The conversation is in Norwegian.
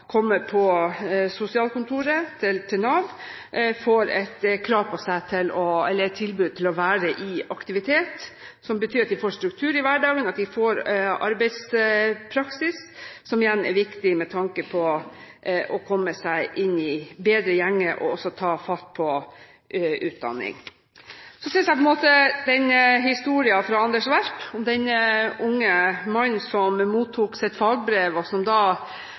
kommer på sosialkontoret, til Nav, får et tilbud om å være i aktivitet, som betyr at de får struktur i hverdagen, at de får arbeidspraksis, som igjen er viktig med tanke på å komme i bedre gjenge og ta fatt på utdanning. Så synes jeg historien fra Anders B. Werp om den unge mannen som mottok sitt fagbrev, og som